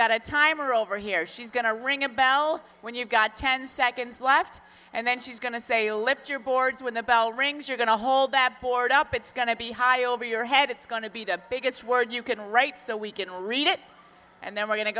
got a timer over here she's going to ring a bell when you've got ten seconds left and then she's going to say lift your boards when the bell rings you're going to hold that board up it's going to be high over your head it's going to be the biggest word you can write so we can read it and then we're going to